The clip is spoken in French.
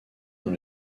dans